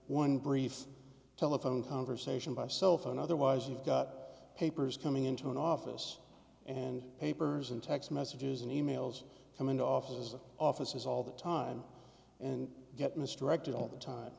one brief telephone conversation by cell phone otherwise you've got papers coming into an office and papers and text messages and emails coming off as a offices all the time and get mistrusted all the time